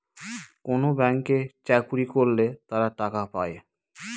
কোনো ব্যাঙ্কে চাকরি করলে তারা টাকা পায়